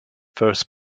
first